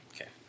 Okay